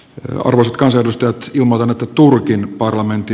norscan sellusta ilman että turkin parlamentti